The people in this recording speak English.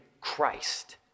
Christ